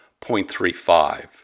0.35